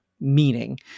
meaning